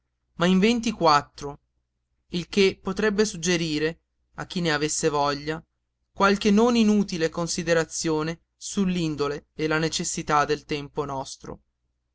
ma in ventiquattro il che potrebbe suggerire a chi ne avesse veglia qualche non inutile considerazione sull'indole e le necessità del tempo nostro